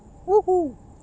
!woohoo!